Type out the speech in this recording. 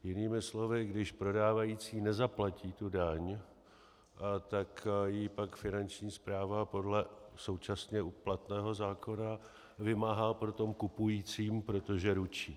Jinými slovy, když prodávající nezaplatí tu daň, tak ji pak finanční správa podle současně platného zákona vymáhá po tom kupujícím, protože ručí.